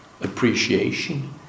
appreciation